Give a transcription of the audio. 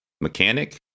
mechanic